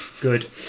Good